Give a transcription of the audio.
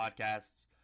podcasts